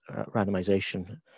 randomization